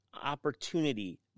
opportunity